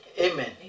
Amen